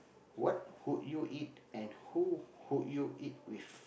what would you eat and who would you eat with